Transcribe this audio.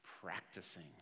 practicing